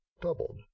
doubled